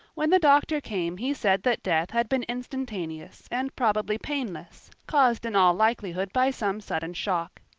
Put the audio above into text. when the doctor came he said that death had been instantaneous and probably painless, caused in all likelihood by some sudden shock.